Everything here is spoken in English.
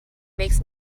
makes